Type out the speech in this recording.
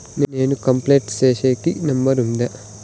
నేను కంప్లైంట్ సేసేకి నెంబర్ ఉందా?